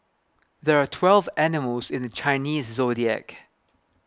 there are twelve animals in the Chinese zodiac